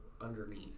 underneath